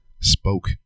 spoke